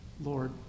Lord